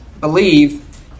believe